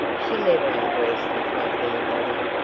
she never undressed in front of anybody.